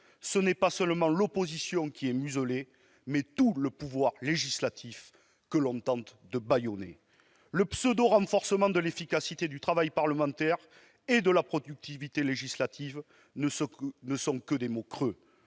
ce n'est pas seulement l'opposition qui est muselée, mais tout le pouvoir législatif que l'on tente de bâillonner. Le pseudo-renforcement de l'efficacité du travail parlementaire et de la productivité législative, ce ne sont que des mots creux